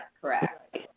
correct